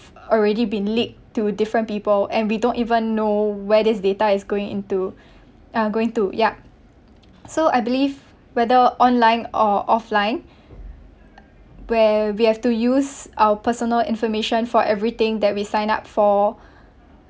already been leaked to different people and we don't even know where this data is going into um going to yup so I believe whether online or offline where we have to use our personal information for everything that we sign up for